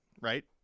right